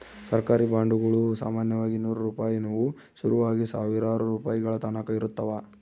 ಸರ್ಕಾರಿ ಬಾಂಡುಗುಳು ಸಾಮಾನ್ಯವಾಗಿ ನೂರು ರೂಪಾಯಿನುವು ಶುರುವಾಗಿ ಸಾವಿರಾರು ರೂಪಾಯಿಗಳತಕನ ಇರುತ್ತವ